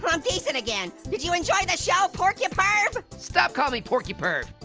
i'm decent again. did you enjoy the show, porcu-perv? stop calling me porcu-perv.